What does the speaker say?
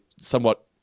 somewhat